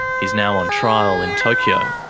he's now on trial in tokyo.